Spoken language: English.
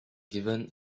given